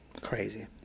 Crazy